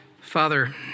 Father